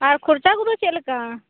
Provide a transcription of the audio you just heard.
ᱟᱨ ᱠᱷᱚᱨᱪᱟ ᱠᱚᱫᱚ ᱪᱮᱜ ᱞᱮᱠᱟ